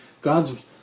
God's